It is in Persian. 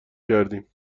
کردیم